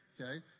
Okay